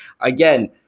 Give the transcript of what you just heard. Again